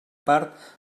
part